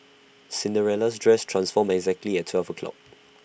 Cinderella's dress transformed exactly at twelve o'clock